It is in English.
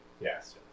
Yes